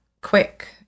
quick